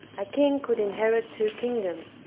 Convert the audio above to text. a king could inherit two kingdoms,